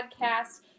podcast